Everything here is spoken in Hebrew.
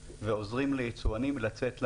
ועוזרים ליצואנים ישראלים לצאת לעולם.